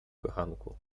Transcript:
kochanku